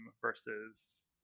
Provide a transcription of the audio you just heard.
versus